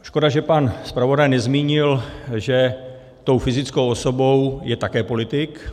Škoda, že pan zpravodaj nezmínil, že tou fyzickou osobou je také politik.